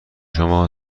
شما